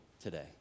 today